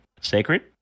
sacred